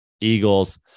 Eagles